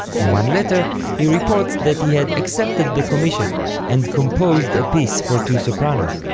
in one letter he reports that he had accepted the commision and composed a piece for two sopranos,